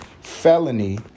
felony